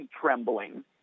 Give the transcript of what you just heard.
trembling